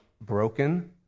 broken